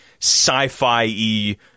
sci-fi